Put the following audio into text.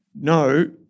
no